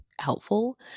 helpful